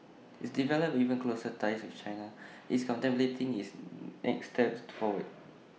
it's developed even closer ties with China it's contemplating its next steps forward